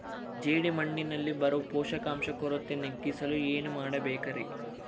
ಜೇಡಿಮಣ್ಣಿನಲ್ಲಿ ಬರೋ ಪೋಷಕಾಂಶ ಕೊರತೆ ನೇಗಿಸಲು ಏನು ಮಾಡಬೇಕರಿ?